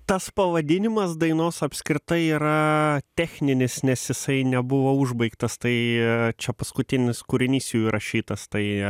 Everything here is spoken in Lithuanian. tas pavadinimas dainos apskritai yra techninis nes jisai nebuvo užbaigtas tai čia paskutinis kūrinys jų įrašytas tai